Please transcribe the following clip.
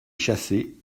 chassé